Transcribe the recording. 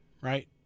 right